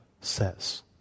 says